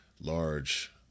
large